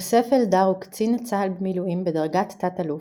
יוסף אלדר הוא קצין צה"ל במילואים בדרגת תת-אלוף,